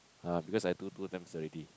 uh because I do two times already